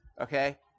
Okay